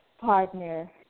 partner